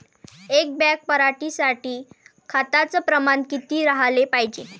एक बॅग पराटी साठी खताचं प्रमान किती राहाले पायजे?